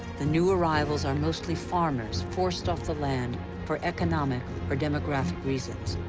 the new arrivals are mostly farmers forced off the land for economic or demographic reasons,